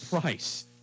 Price